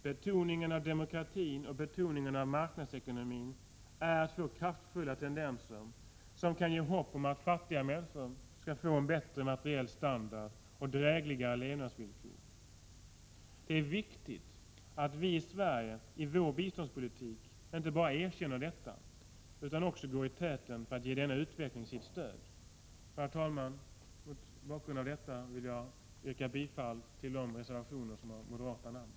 Betoningen av demokratin och betoningen av marknadsekonomin utgör två kraftfulla tendenser, som kan ge hopp om att fattiga människor skall få en bättre materiell standard och drägligare levnadsvillkor. Det är viktigt att vi i Sverige i vår biståndspolitik inte bara erkänner detta utan också går i täten för att ge denna utveckling stöd. Herr talman! Mot denna bakgrund vill jag yrka bifall till de reservationer som upptar moderata namn.